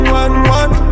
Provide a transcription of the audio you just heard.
one-one